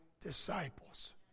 disciples